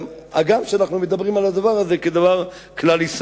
הגם שאנו מדברים על הדבר הזה כדבר כלל-ישראלי.